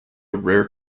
rare